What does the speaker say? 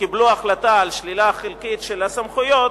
וקיבלו החלטה על שלילה חלקית של הסמכויות,